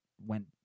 went